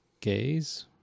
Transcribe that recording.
gaze